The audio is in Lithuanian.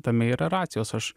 tame yra racijos aš